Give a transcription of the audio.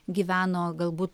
gyveno galbūt